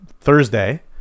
Thursday